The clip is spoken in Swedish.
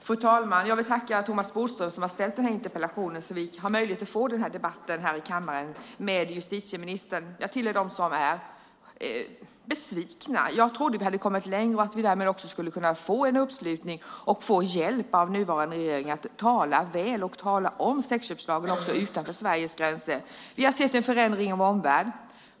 Fru talman! Jag vill tacka Thomas Bodström, som har ställt den här interpellationen så att vi har möjlighet att få denna debatt med justitieministern här i kammaren. Jag tillhör dem som är besvikna. Jag trodde att vi hade kommit längre och att vi därmed också skulle kunna få en uppslutning kring detta och därmed också få hjälp av den nuvarande regeringen att tala väl om sexköpslagen också utanför Sveriges gränser. Vi har sett en förändring i vår omvärld.